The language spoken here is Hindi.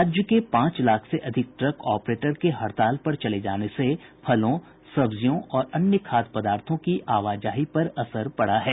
राज्य के पांच लाख से अधिक ट्रक ऑपरेटर के हड़ताल पर जाने से फलों सब्जियों और अन्य खाद्य पदार्थों की आवाजाही पर असर पड़ा है